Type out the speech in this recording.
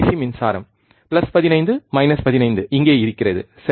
C மின்சாரம் 15 15 இங்கே இருக்கிறது சரி